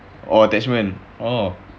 oh attachment oh